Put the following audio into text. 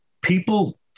People